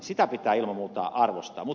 sitä pitää ilman muuta arvostaa